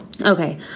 okay